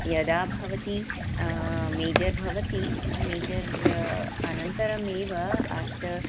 यदा भवति मेजर् भवति मेजर् अनन्तरमेव अष्ट